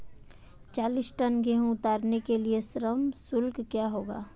चालीस टन गेहूँ उतारने के लिए श्रम शुल्क क्या होगा?